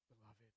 Beloved